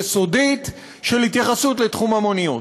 יסודית, של התייחסות לתחום המוניות.